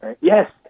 Yes